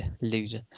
loser